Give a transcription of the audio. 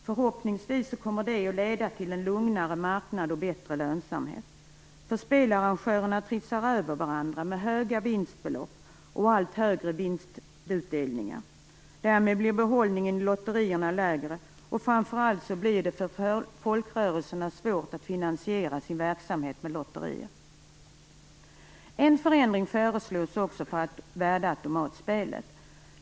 Förhoppningsvis kommer det att leda till en lugnare marknad och bättre lönsamhet. Spelarrangörerna trissar över varandra med höga vinstbelopp och allt högre vinstutdelningar. Därmed blir behållningen i lotterierna lägre, och framför allt blir det svårt för folkrörelserna att finansiera sin verksamhet med lotterier. En förändring föreslås också för värdeautomatspelet.